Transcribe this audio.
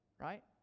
Right